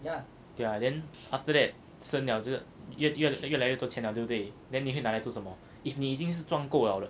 okay lah then after that 生了这个越越越来越多钱了对不对 then 你会拿来做什么 if 你已经是赚够了的